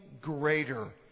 greater